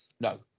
No